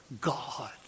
God